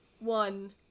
One